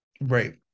Right